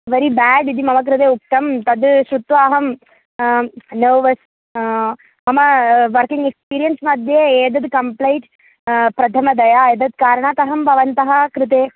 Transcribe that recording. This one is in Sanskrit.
वेरी ब्याड् इति मम कृते उक्तं तद् श्रुत्वा अहं नर्वस् मम वर्किङ्ग् एक्स्पीरियन्स् मध्ये एतद् कम्प्लैण्ट् प्रथमतया एतत् कारणात् अहं भवन्तः कृते